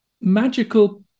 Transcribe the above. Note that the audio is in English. magical